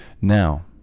Now